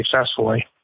successfully